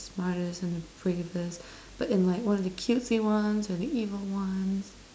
smartest and the bravest but in like one of the cutesy ones or the evil ones